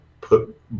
put